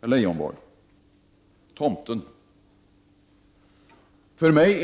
För mig, herr Leijonborg,